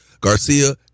Garcia